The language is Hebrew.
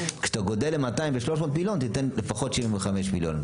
כשאתה גדל ל-200 ו-300 מיליון תיתן לפחות 75 מיליון.